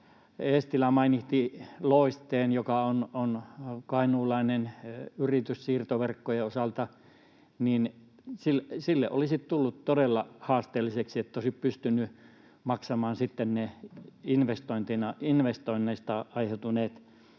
Eestilä mainitsi Loisteen, joka on kainuulainen yritys siirtoverkkojen osalta, niin sille olisi tullut todella haasteelliseksi se, että se olisi pystynyt maksamaan sitten ne investoinneista aiheutuneet